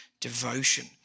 devotion